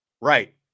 right